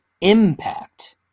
impact